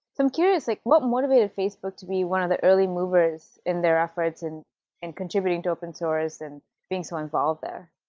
i'm curious. like what motivated facebook to be one of the early movers in their efforts in in contributing to open-source and being someone so involved there?